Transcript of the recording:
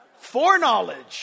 Foreknowledge